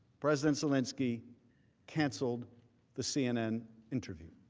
president zelensky canceled the cnn interview.